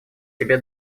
себе